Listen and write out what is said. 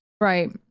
right